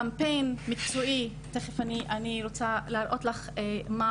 קמפיין מקצועי אני רוצה תכף להראות לך מה